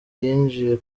yinjiye